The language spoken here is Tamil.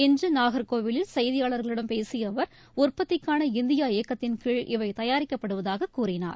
இன்று நாகர்கோவிலில் செய்தியாளர்களிடம் பேசிய அவர் உற்பத்திக்கான இந்தியா இயக்கத்தின்கீழ் இவை தயாரிக்கப்படுவதாக கூறினார்